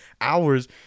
hours